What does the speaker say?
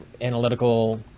analytical